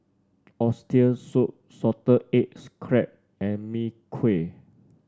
Oxtail Soup Salted Eggs crab and Mee Kuah